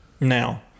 Now